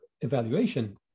evaluation